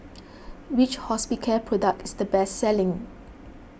which Hospicare product is the best selling